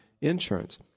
insurance